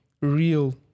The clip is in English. real